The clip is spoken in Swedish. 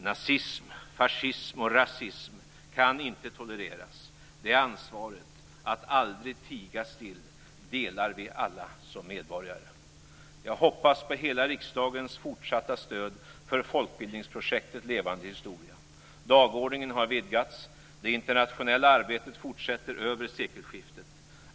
Nazism, fascism och rasism kan inte tolereras. Det ansvaret - att aldrig tiga still - delar vi alla som medborgare. Jag hoppas på hela riksdagens fortsatta stöd för folkbildningsprojektet Levande historia. Dagordningen har vidgats. Det internationella arbetet fortsätter över sekelskiftet.